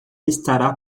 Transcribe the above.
estará